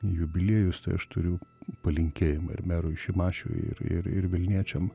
jubiliejus tai aš turiu palinkėjimą ir merui šimašiui ir ir ir vilniečiam